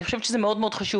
אני חושבת שזה מאוד חשוב.